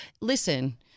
Listen